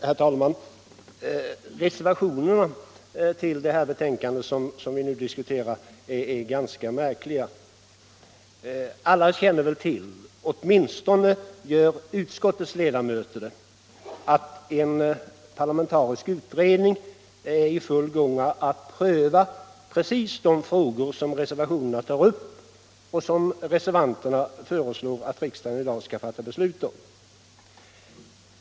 Herr talman! De reservationer som är fogade till det utskottsbetänkande vi nu diskuterar är ganska märkliga. Alla känner väl till —- i varje fall gör utskottets ledamöter det — att en parlamentarisk utredning är i full gång med att pröva just de frågor som tas upp i reservationerna och som reservanterna föreslår att riksdagen i dag skall fatta beslut om.